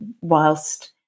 whilst